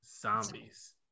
zombies